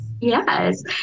Yes